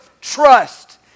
trust